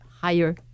higher